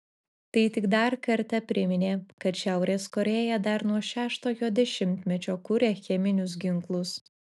tai tik dar kartą priminė kad šiaurės korėja dar nuo šeštojo dešimtmečio kuria cheminius ginklus